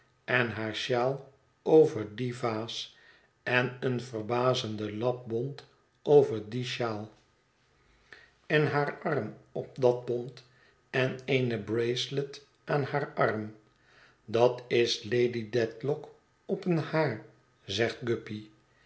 en haar shawl over die vaas en een verbazenden lap bont over dien shawl en haar arm op dat bont eneene bracelet aan haar arm dat is lady dedlock op een haar zegt